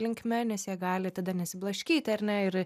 linkme nes jie gali tada nesiblaškyti ar ne ir